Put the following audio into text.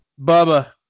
Bubba